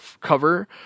cover